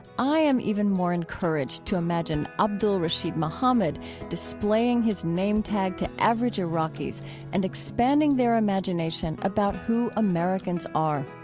i am even more encouraged to imagine abdul-rasheed muhammad displaying his name tag to average iraqis and expanding their imagination about who americans are.